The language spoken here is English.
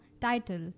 title